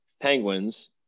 Penguins